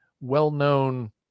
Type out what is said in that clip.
well-known